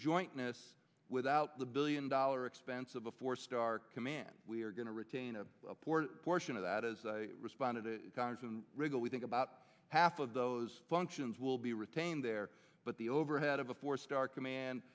jointness without the billion dollar expense of a four star command we are going to retain a port portion of that as responded to wriggle we think about half of those functions will be retained there but the overhead of a four star command